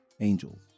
Angels